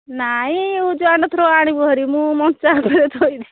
ନାଇ use and throw ଆଣିବୁ ଭାରି ମୁଁ ମଞ୍ଚା ଉପରେ ଥୋଇବି